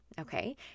okay